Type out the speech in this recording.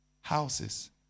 houses